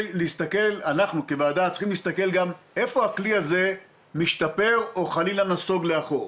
אנחנו כוועדה צריכים להסתכל איך הכלי הזה משתפר או חלילה נסוג לאחור.